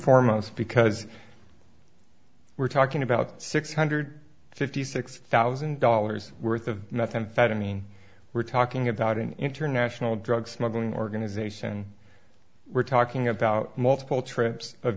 foremost because we're talking about six hundred fifty six thousand dollars worth of methamphetamine we're talking about an international drug smuggling organization we're talking about multiple trips of